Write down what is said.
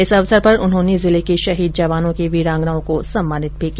इस अवसर पर उन्होंने जिले के शहीद जवानों की वीरांगनाओं को सम्मानित भी किया